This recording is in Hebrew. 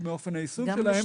מאופן היישום שלהם.